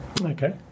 Okay